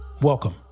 Welcome